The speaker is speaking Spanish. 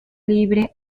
libre